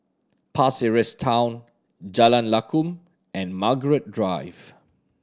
Pasir Ris Town Jalan Lakum and Margaret Drive